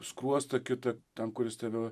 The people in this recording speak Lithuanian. skruostą kitą ten kuris tave